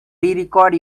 record